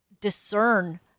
discern